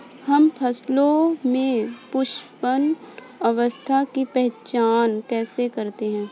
हम फसलों में पुष्पन अवस्था की पहचान कैसे करते हैं?